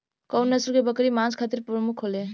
कउन नस्ल के बकरी मांस खातिर प्रमुख होले?